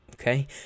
okay